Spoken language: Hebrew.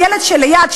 הילד שליד,